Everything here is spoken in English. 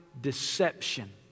deception